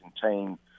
contain